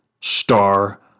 star